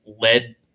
led